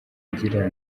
ngira